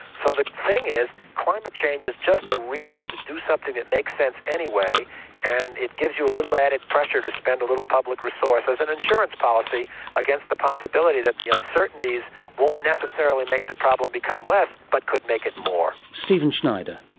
so the thing is climate change is just a reason to do something that makes sense anyway and it gives you a little added pressure to spend a little public resource as an insurance policy against the possibility that the uncertainties won't necessarily make the problem become less but could make it more. stephen schneider,